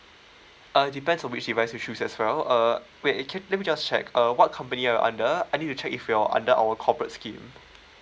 uh depends on which device you choose as well uh wait okay let me just check uh what company are you under I need to check if you are under our corporate scheme